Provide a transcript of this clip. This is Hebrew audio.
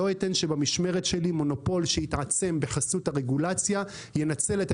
לא אתן שבמשמרת שלי מונופול שהתעצם בחסות הרגולציה ינצל את